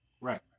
Right